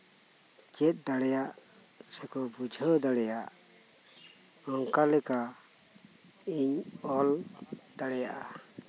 ᱪᱮᱫ ᱫᱟᱲᱮᱭᱟᱜ ᱥᱮᱠᱚ ᱵᱩᱡᱷᱟᱹᱣ ᱫᱟᱲᱮᱭᱟᱜ ᱚᱱᱠᱟᱞᱮᱠᱟ ᱤᱧ ᱚᱞ ᱫᱟᱲᱮᱭᱟᱜᱼᱟ